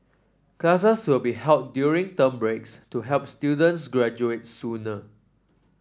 classes will be held during term breaks to help students graduate sooner